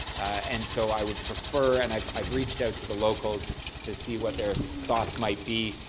and so i would prefer and i've i've reached out to the locals to see what their thoughts might be,